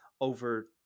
over